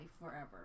forever